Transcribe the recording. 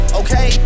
okay